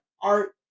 art